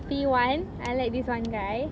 P one I like this one guy